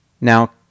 Now